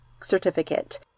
certificate